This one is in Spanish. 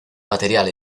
material